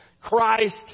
Christ